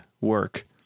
work